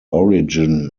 origin